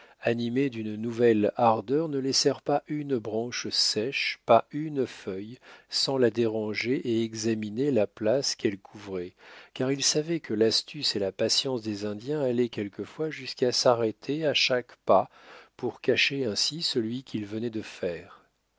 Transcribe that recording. animés d'une nouvelle ardeur ne laissèrent pas une branche sèche pas une feuille sans la déranger et examiner la place qu'elle couvrait car ils savaient que l'astuce et la patience des indiens allaient quelquefois jusqu'à s'arrêter à chaque pas pour cacher ainsi celui qu'ils venaient de faire